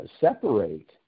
separate